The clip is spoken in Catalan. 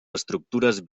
estructures